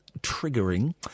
triggering